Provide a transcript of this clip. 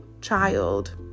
child